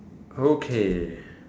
okay